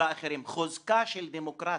נועד קודם כל ודבר ראשון לדכא